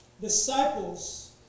Disciples